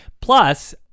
Plus